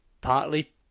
partly